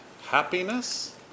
happiness